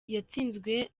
yatsinzwe